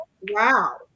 wow